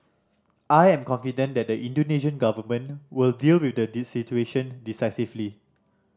I am confident the Indonesian Government will deal with the this situation decisively